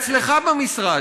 אצלך במשרד,